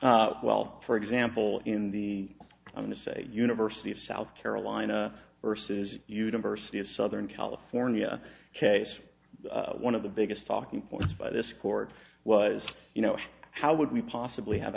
well for example in the university of south carolina versus university of southern california case one of the biggest talking points by this court was you know how would we possibly have